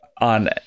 on